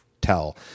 tell